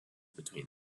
between